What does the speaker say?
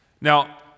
Now